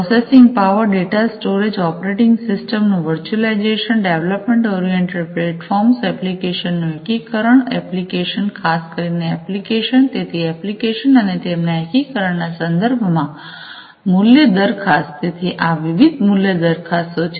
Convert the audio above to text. processing power data storage operating system નું virtualization development oriented platforms એપ્લીકેશનનું એકીકરણ applications ખાસ કરીને એપ્લીકેશન તેથી એપ્લીકેશન્સ અને તેમના એકીકરણના સંદર્ભમાં મૂલ્ય દરખાસ્ત તેથી આ વિવિધ મૂલ્ય દરખાસ્તો છે